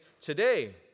today